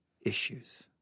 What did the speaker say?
issues